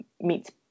meets